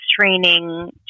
training